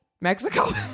Mexico